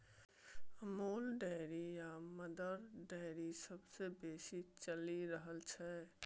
Amul dairy आ Mother Dairy सबसँ बेसी चलि रहल छै